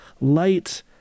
light